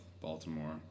Baltimore